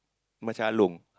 macam Ah-Long